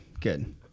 good